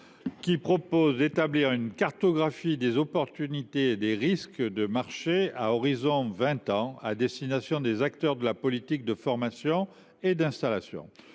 la réalisation d’une cartographie des opportunités et des risques de marché à un horizon de vingt ans à destination des acteurs de la politique de formation et d’installation.